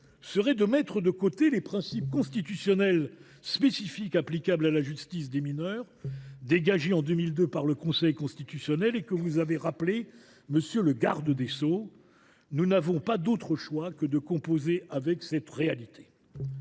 serait de mettre de côté les principes constitutionnels spécifiques applicables à la justice des mineurs, dégagés en 2002 par le Conseil constitutionnel et que vous avez rappelés, monsieur le garde des sceaux. Nous n’avons d’autre choix que de composer avec cette réalité.